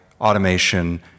automation